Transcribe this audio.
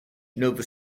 nova